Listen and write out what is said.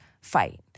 fight